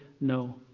no